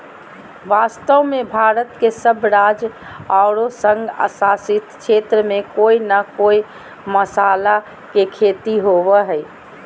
वास्तव में भारत के सब राज्य आरो संघ शासित क्षेत्र में कोय न कोय मसाला के खेती होवअ हई